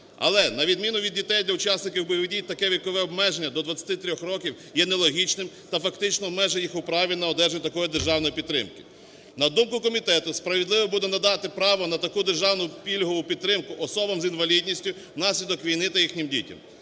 Але на відміну від дітей для учасників бойових дій таке вікове обмеження до 23 років є нелогічним та фактично обмежує їх у праві на одержання такої державної підтримки. На думку комітету справедливо буде надати право на таку державну пільгову підтримку особам з інвалідністю внаслідок війни та їхнім дітям,